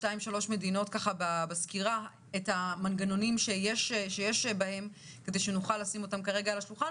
את המנגנונים שיש בעוד כמה מדינות?